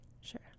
sure